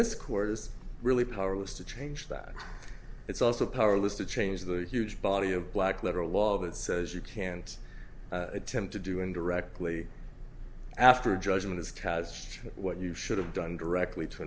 court is really powerless to change that it's also powerless to change the huge body of black letter law that says you can't attempt to do in directly after a judgment is cast what you should have done directly to